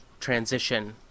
transition